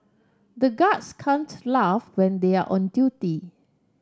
the guards can't laugh when they are on duty